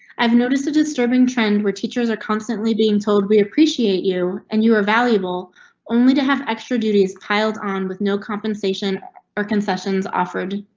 i've noticed a disturbing trend where teachers are constantly being told we appreciate you and you are valuable only to have extra duties piled on with no compensation or concessions offered.